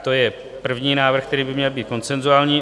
To je první návrh, který by měl být konsenzuální.